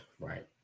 right